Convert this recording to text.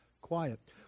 quiet